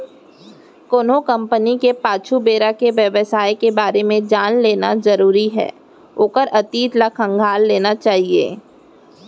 कोनो कंपनी के पाछू बेरा के बेवसाय के बारे म जान लेना जरुरी हे ओखर अतीत ल खंगाल लेना चाही